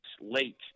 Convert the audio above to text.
late